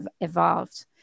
evolved